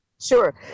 Sure